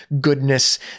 goodness